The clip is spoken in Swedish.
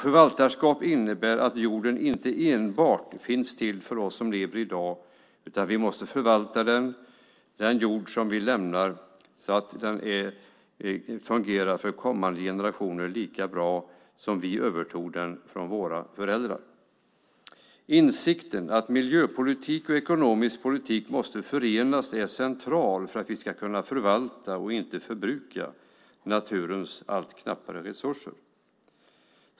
Förvaltarskap innebär att jorden inte enbart finns till för oss som lever i dag utan att vi måste förvalta den så att den fungerar lika bra för kommande generationer som den gjorde när vi övertog den av våra föräldrar. Insikten att miljöpolitik och ekonomisk politik måste förenas är central för att vi ska kunna förvalta - inte förbruka - naturens allt knappare resurser.